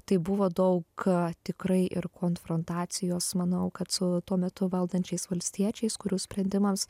tai buvo daug tikrai ir konfrontacijos manau kad su tuo metu valdančiais valstiečiais kurių sprendimams